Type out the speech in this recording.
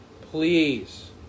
Please